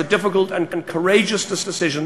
חרדים וחילונים,